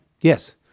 Yes